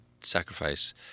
sacrifice